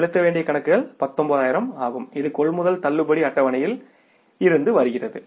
செலுத்த வேண்டிய கணக்குகள் 19000 ஆகும் இது கொள்முதல் தள்ளுபடி அட்டவணையில் இருந்து வருகிறது